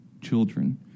children